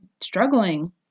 struggling